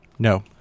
No